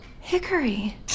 Hickory